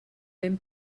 ben